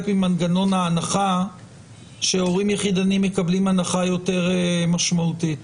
ממנגנון ההנחה שהורים יחידניים מקבלים בו הנחה יותר משמעותית?